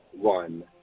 one